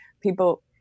people